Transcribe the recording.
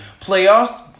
Playoffs